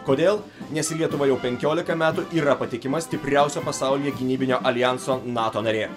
kodėl nes lietuva jau penkiolika metų yra patikima stipriausio pasaulyje gynybinio aljanso nato narė